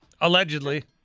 Allegedly